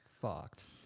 fucked